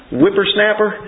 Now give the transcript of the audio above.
whippersnapper